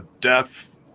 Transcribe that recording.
death